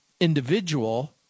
individual